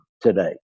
today